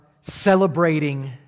celebrating